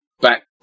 back